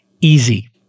easy